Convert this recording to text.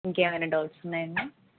ఇంకా ఏమైన డౌట్స్ ఉన్నాయా అమ్మ